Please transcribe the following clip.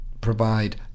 provide